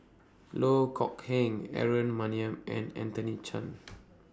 Loh Kok Heng Aaron Maniam and Anthony Chen